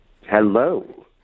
Hello